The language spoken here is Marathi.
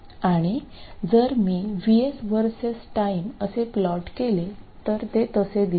आणि जर मी VS VS time असे प्लॉट केले तर ते तसे दिसेल